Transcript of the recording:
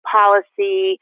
policy